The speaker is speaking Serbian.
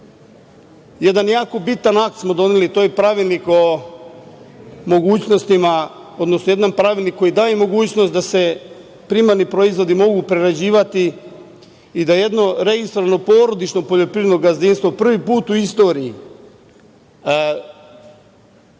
jako bitan akt smo doneli, to je Pravilnik o mogućnostima, odnosno jedan pravilnik koji daje mogućnost da se primarni proizvodi mogu prerađivati i da jedno registrovano porodično poljoprivredno gazdinstvo prvi put u istoriji